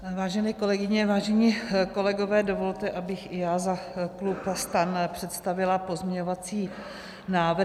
Vážené kolegyně, vážení kolegové, dovolte, abych i já za klub STAN představila pozměňovací návrhy.